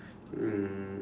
um